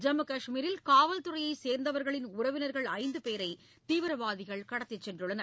ஜம்மு கஷ்மீரில் காவல்துறையை சேர்ந்தவர்களின் உறவினர்கள் ஐந்து பேரை தீவிரவாதிகள் கடத்தி சென்றுள்ளனர்